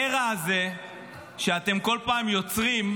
הקרע הזה שאתם כל פעם יוצרים,